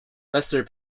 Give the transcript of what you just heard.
lesser